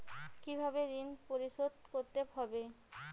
কিভাবে ঋণ পরিশোধ করতে হবে?